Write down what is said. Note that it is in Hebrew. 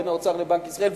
בין האוצר ובנק ישראל,